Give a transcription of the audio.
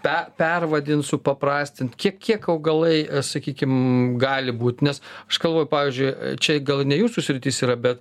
pe pervadint supaprastint kiek kiek augalai sakykim gali būt nes aš galvoju pavyzdžiui čia gal ne jūsų sritis yra bet